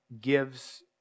gives